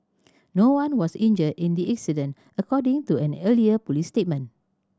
no one was injured in the incident according to an earlier police statement